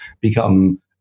become